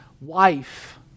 wife